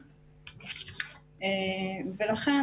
לכן,